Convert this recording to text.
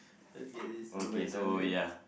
lets get this over and done with